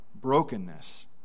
brokenness